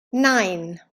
nine